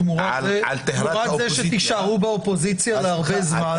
תמורת זה שתישארו באופוזיציה להרבה זמן,